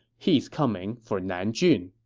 he's coming for nanjun.